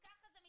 ככה זה מתנהל.